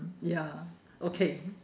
ya okay